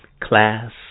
Class